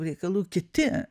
reikalų kiti